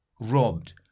robbed